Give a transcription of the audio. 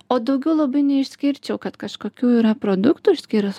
o daugiau labai neišskirčiau kad kažkokių yra produktų išskyrus